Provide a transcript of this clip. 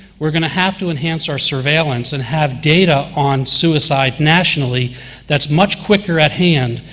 we're going to have to enhance our surveillance, and have data on suicide nationally that's much quicker at hand,